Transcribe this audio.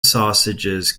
sausages